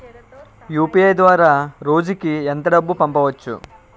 UPI ద్వారా రోజుకి ఎంత డబ్బు పంపవచ్చు?